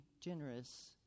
generous